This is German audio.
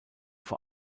vor